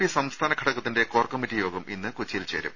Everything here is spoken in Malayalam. പി സംസ്ഥാന ഘടകത്തിന്റെ കോർ കമ്മിറ്റി യോഗം ഇന്ന് കൊച്ചിയിൽ ചേരും